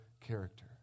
character